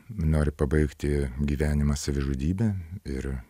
nori pabaigti gyvenimą savižudybe ir